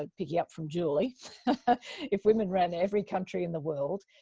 ah picking up from julie if women ran every country in the world,